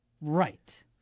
Right